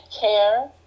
care